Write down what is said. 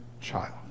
child